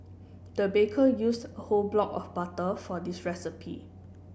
the baker used a whole block of butter for this recipe